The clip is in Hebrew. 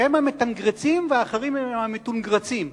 שהם המתַנגרֶצים ואחרים הם המתוּנגרַצים.